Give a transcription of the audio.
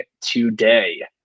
today